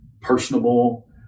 personable